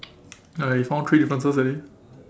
alright you found three differences already